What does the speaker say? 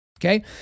okay